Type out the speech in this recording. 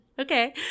okay